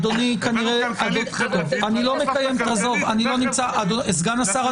הבאתי כלכלי חברתי- -- סגן השר,